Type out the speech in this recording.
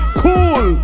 cool